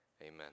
amen